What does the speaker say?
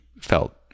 felt